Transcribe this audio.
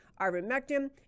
ivermectin